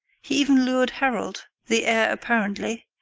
he even lured harold, the heir apparently,